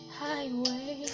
highway